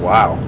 Wow